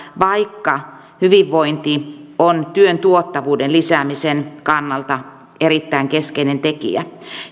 vaikka hyvinvointi on työn tuottavuuden lisäämisen kannalta erittäin keskeinen tekijä